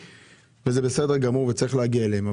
וזה בסדר גמור וצריך להגיע אליהם.